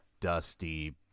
Dusty